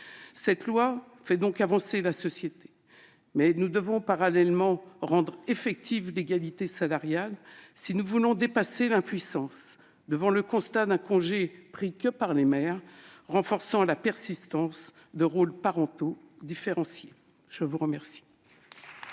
Cette loi fait avancer la société, mais nous devons parallèlement rendre effective l'égalité salariale, si nous voulons dépasser l'impuissance devant le constat d'un congé pris uniquement par les mères, renforçant la persistance de rôles parentaux différenciés. La parole